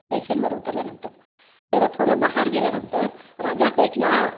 स्टेशनवर उतरल्यानंतर त्याला थोडं बाहेर गेल्यानंतर राज्यापेठला